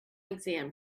exam